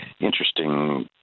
interesting